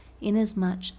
inasmuch